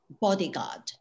bodyguard